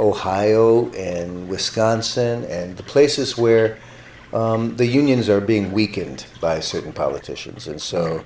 ohio and wisconsin and the places where the unions are being weakened by certain politicians and so